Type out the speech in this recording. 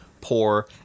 Poor